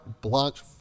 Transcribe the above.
blanche